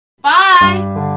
Bye